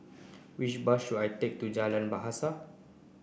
which bus should I take to Jalan Bahasa